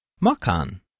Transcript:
Makan